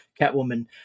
Catwoman